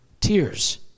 tears